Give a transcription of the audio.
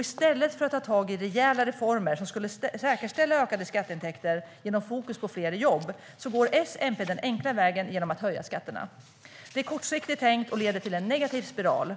I stället för att ta tag i rejäla reformer som skulle säkerställa ökade skatteintäkter genom fokus på fler jobb går S-MP den enkla vägen genom att höja skatterna. Det är kortsiktigt tänkt och leder till en negativ spiral.